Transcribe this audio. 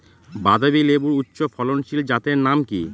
বাতাবি লেবুর উচ্চ ফলনশীল জাতের নাম কি?